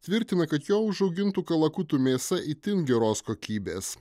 tvirtina kad jo užaugintų kalakutų mėsa itin geros kokybės